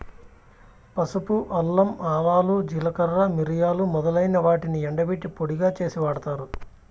పసుపు, అల్లం, ఆవాలు, జీలకర్ర, మిరియాలు మొదలైన వాటిని ఎండబెట్టి పొడిగా చేసి వాడతారు